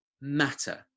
matter